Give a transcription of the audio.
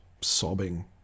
sobbing